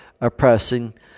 oppressing